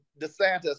Desantis